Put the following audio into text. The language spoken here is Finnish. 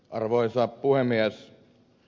arvoisa puhemies